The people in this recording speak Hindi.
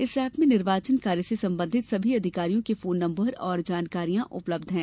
इस एप में निर्वाचन कार्य से संबंधित सभी अधिकारियों के फोन नंबर और जानकारियां उपलब्ध हैं